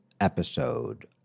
episode